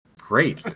Great